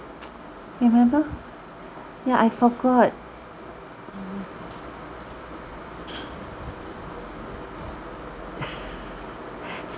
remember ya I forgot